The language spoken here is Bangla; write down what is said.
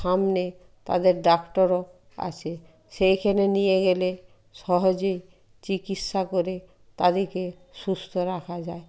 সামনে তাদের ডাক্টোরও আছে সেইখেনে নিয়ে গেলে সহজেই চিকিৎসা করে তাদিকে সুস্থ রাখা যায়